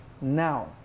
now